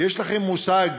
יש לכם מושג